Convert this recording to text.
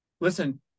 listen